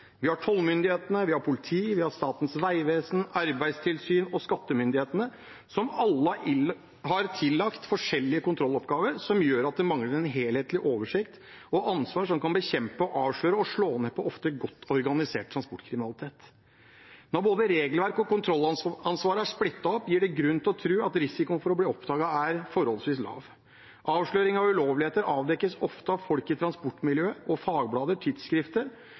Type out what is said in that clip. Vi har tollmyndighetene, politiet, Statens vegvesen, Arbeidstilsynet og skattemyndighetene, som alle er tillagt forskjellige kontrolloppgaver, noe som gjør at vi mangler en helhetlig oversikt og et helhetlig ansvar for å bekjempe, avsløre og slå ned på ofte godt organisert transportkriminalitet. Da både regelverk og kontrollansvar er splittet opp, gir det grunn til å tro at risikoen for å bli oppdaget er forholdsvis lav. Ulovligheter avdekkes ofte av folk i transportmiljøet og fagblader og tidsskrifter,